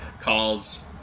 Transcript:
calls